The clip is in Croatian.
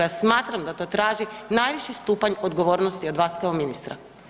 Ja smatram da to traži najviši stupanj odgovornosti od vas kao ministra.